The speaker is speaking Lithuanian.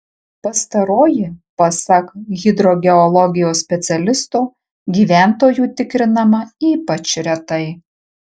pastaroji pasak hidrogeologijos specialisto gyventojų tikrinama ypač retai